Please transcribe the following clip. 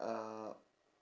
uh